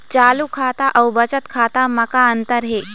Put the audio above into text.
चालू खाता अउ बचत खाता म का अंतर हे?